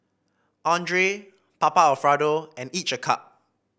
Andre Papa Alfredo and each a cup